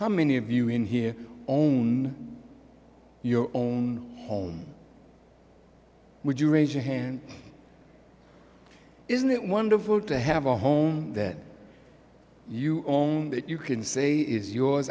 how many of you in here own your own home would you raise your hand isn't it wonderful to have a home that you own that you can say is yours